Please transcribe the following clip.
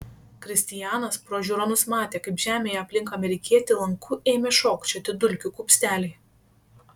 kristijanas pro žiūronus matė kaip žemėje aplink amerikietį lanku ėmė šokčioti dulkių kupsteliai